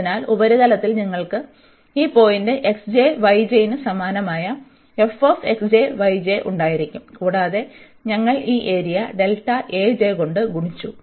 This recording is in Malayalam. അതിനാൽ ഉപരിതലത്തിൽ നിങ്ങൾക്ക് ഈ പോയിന്റ് ന് സമാനമായ ഉണ്ടായിരിക്കും കൂടാതെ ഞങ്ങൾ ഈ ഏരിയ കൊണ്ട് ഗുണിച്ചു